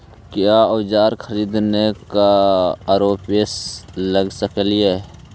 क्या ओजार खरीदने ड़ाओकमेसे लगे सकेली?